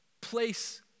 place